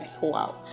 Wow